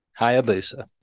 Hayabusa